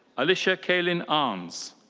alicia caoleann arnds.